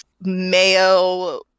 mayo